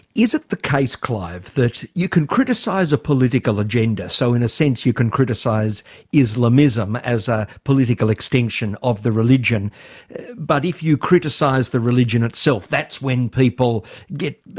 is it the case clive, that you can criticise a political political agenda so in a sense you can criticise islamism as a political extension of the religion but if you criticise the religion itself, that's when people get,